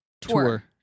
tour